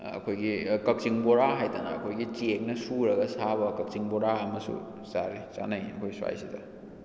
ꯑꯩꯈꯣꯏꯒꯤ ꯀꯛꯆꯤꯡ ꯕꯣꯔꯥ ꯍꯥꯏꯗꯅ ꯑꯩꯈꯣꯏꯒꯤ ꯆꯦꯡꯅ ꯁꯨꯔꯒ ꯁꯥꯕ ꯀꯛꯆꯤꯡ ꯕꯣꯔꯥ ꯑꯃꯁꯨ ꯆꯥꯔꯤ ꯆꯥꯟꯅꯩ ꯑꯩꯈꯣꯏ ꯁ꯭ꯋꯥꯏꯁꯤꯗ